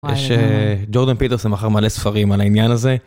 יש ג'ורדן פיטרסן מכר מלא ספרים על העניין הזה.